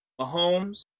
Mahomes